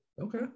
Okay